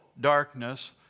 darkness